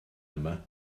yma